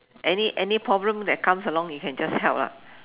any any problem that comes along you can just help lah